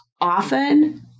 often